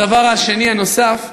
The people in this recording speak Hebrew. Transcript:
והדבר השני, הנוסף,